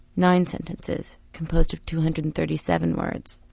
nine sentences composed of two hundred and thirty seven words.